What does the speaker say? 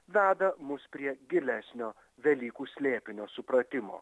veda mus prie gilesnio velykų slėpinio supratimo